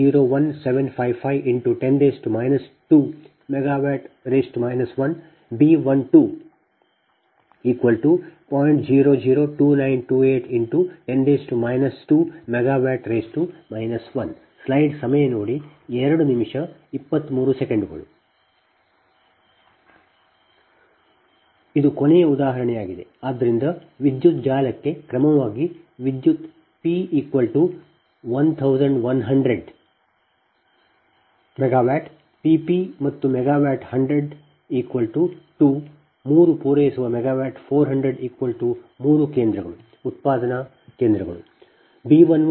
002928×10 2MW 1 ಇದು ಕೊನೆಯ ಉದಾಹರಣೆಯಾಗಿದೆ ಆದ್ದರಿಂದ ವಿದ್ಯುತ್ ಜಾಲಕ್ಕೆ ಕ್ರಮವಾಗಿ ವಿದ್ಯುತ್ P1 100 ಮೆಗಾವ್ಯಾಟ್ P2 100ಮೆಗಾವ್ಯಾಟ್ ಮತ್ತು P3 400 ಮೆಗಾವ್ಯಾಟ್ ಪೂರೈಸುವ ಮೂರು ಉತ್ಪಾದನಾ ಕೇಂದ್ರಗಳು